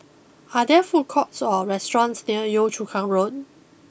are there food courts or restaurants near Yio Chu Kang Road